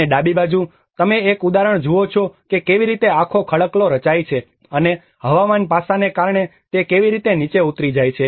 અને ડાબી બાજુ તમે એક ઉદાહરણ જુઓ છો કે કેવી રીતે આખો ખડકલો રચાય છે અને હવામાન પાસાને કારણે તે કેવી રીતે નીચે ઉતરી જાય છે